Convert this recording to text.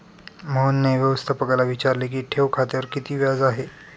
मोहनने व्यवस्थापकाला विचारले की ठेव खात्यावर किती व्याज आहे?